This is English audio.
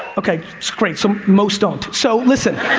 okay, great, so most don't. so listen,